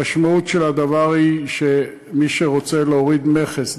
המשמעות של הדבר היא שמי שרוצה להוריד מכס,